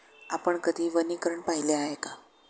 आपण कधी वनीकरण पाहिले आहे का?